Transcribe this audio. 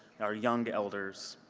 our young elders,